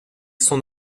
sont